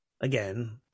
again